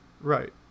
Right